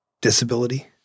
disability